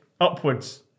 upwards